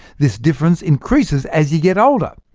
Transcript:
this difference increases as you get older.